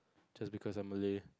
just because I'm Malay